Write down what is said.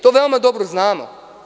To svi veoma dobro znamo.